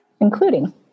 including